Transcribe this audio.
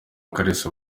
kalisa